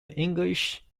english